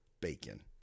bacon